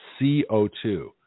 CO2